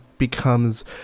becomes